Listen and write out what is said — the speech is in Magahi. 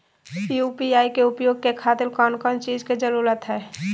यू.पी.आई के उपयोग के खातिर कौन कौन चीज के जरूरत है?